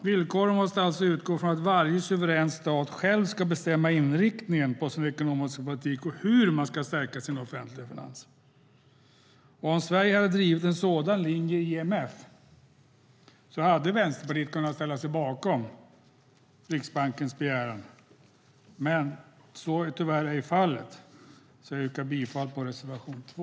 Villkoren måste alltså utgå ifrån att varje suverän stat själv ska bestämma inriktningen på sin ekonomiska politik och hur man ska stärka sina offentliga finanser. Om Sverige hade drivit en sådan linje i IMF hade Vänsterpartiet kunnat ställa sig bakom Riksbankens begäran, men så är tyvärr inte fallet. Jag yrkar bifall till reservation 2.